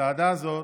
הצעדה הזאת